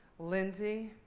lindsey.